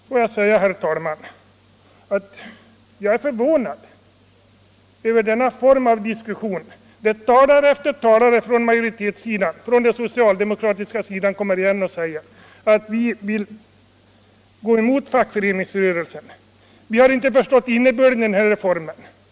Jag är förvånad, herr talman, över denna form av diskussion, där talare efter talare från den socialdemokratiska sidan kommer igen och säger att vi vill gå emot fackföreningsrörelsen och att vi inte har förstått innebörden av den här reformen.